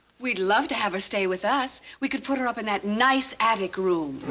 we'd love to have her stay with us. we could put her up in that nice attic room.